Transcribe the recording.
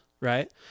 right